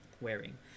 wearing